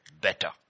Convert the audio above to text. better